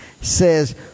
says